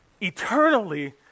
eternally